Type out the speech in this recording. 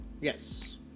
Yes